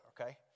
okay